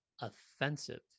offensive